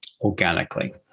organically